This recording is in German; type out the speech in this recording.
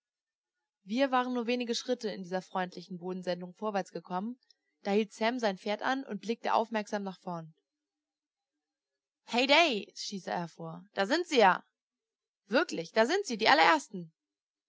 wir waren nur wenige schritte in dieser freundlichen bodensenkung vorwärts gekommen da hielt sam sein pferd an und blickte aufmerksam nach vorn heig day stieß er hervor da sind sie ja wirklich da sind sie die allerersten